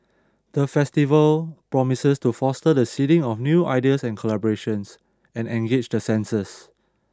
the festival promises to foster the seeding of new ideas and collaborations and engage the senses